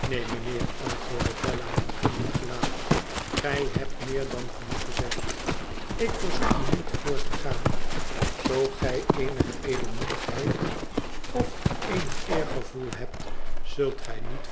neen mijnheer antwoordde bella met gloeiend gelaat gij hebt meer dan genoeg gezegd ik verzoek u niet voort te gaan zoo gij éénige edelmoedigheid of éénig eergevoel hebt zult gij niet